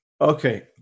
Okay